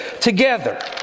together